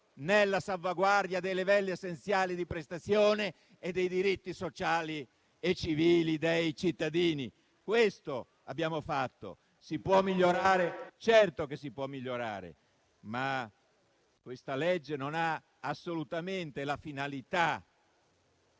nella salvaguardia dei livelli essenziali di prestazione e dei diritti sociali e civili dei cittadini. Questo abbiamo fatto. Si può migliorare? Certo, ma questo disegno di legge non ha assolutamente la finalità